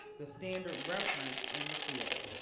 the standard reference in the field.